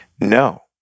no